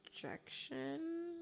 projection